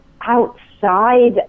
outside